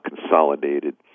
consolidated